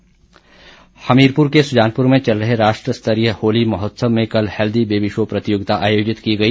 सुजानपुर होली हमीरपुर के सुजानपुर में चल रहे राष्ट्र स्तरीय होली महोत्सव में कल हेल्दी बेबी शो प्रतियोगिता आयोजित की गई